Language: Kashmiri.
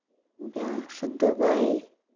بیٛاکھ چھُ دُبَے